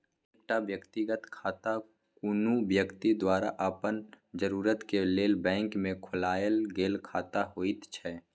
एकटा व्यक्तिगत खाता कुनु व्यक्ति द्वारा अपन जरूरत के लेल बैंक में खोलायल गेल खाता होइत छै